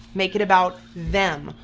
make it about them.